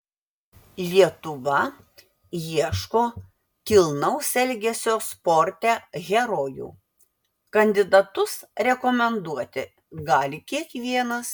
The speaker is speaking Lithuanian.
lietuva ieško kilnaus elgesio sporte herojų kandidatus rekomenduoti gali kiekvienas